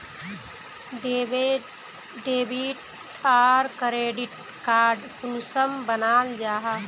Debit आर credit card कुंसम बनाल जाहा?